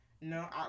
No